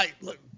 look